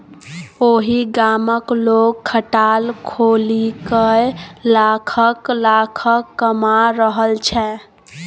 ओहि गामक लोग खटाल खोलिकए लाखक लाखक कमा रहल छै